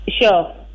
Sure